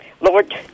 Lord